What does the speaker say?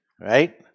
right